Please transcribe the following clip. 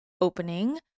opening